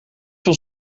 van